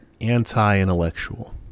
anti-intellectual